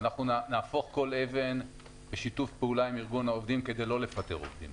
ואנחנו נהפוך כל אבן בשיתוף פעולה עם ארגון העובדים כדי לא לפטר עובדים.